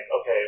okay